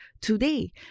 today